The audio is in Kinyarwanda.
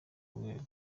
rwego